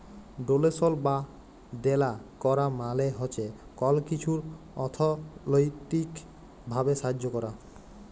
ডোলেশল বা দেলা ক্যরা মালে হছে কল কিছুর অথ্থলৈতিক ভাবে সাহায্য ক্যরা